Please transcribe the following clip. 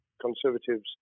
Conservatives